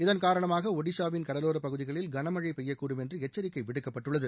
இதன் காரணமாக ஒடிஷாவின் கடலோரப்பகுதிகளில் கனமழை பெய்யக்கூடும் என்று எச்சரிக்கை விடுக்கப்பட்டுள்ளது